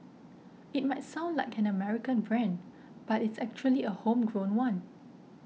it might sound like an American brand but it's actually a homegrown one